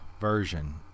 version